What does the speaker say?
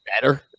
better